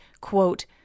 quote